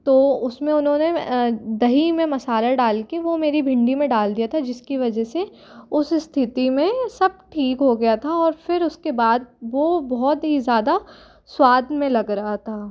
तो उसमें उन्होंने दही में मसाला डाल के वो मेरी भिन्डी में डाल दिया था जिसकी वजह से उस स्थिति में सब ठीक हो गया था और फिर उसके बाद वो बहुत ही ज़्यादा स्वाद में लग रहा था